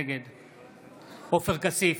נגד עופר כסיף,